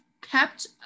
kept